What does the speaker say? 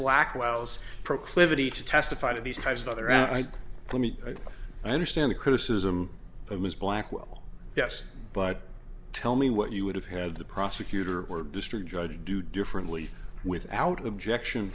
blackwell's proclivity to testify to these types of other out let me understand the criticism of ms blackwell yes but tell me what you would have had the prosecutor or district judge do differently without objection